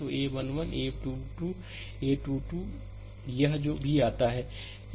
तोa 1 1 a 2 2 a 2 2 यह जो भी आता है